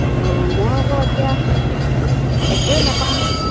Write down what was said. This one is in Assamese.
অঁ মই আকৌ এতিয়া একোৱে নাপাও নহয়